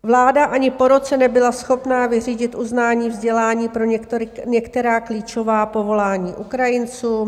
Vláda ani po roce nebyla schopna vyřídit uznání vzdělání pro některá klíčová povolání Ukrajincům.